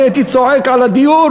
אני הייתי צועק על הדיור,